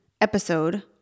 episode